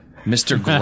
Mr